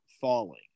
falling